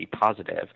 positive